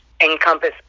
encompass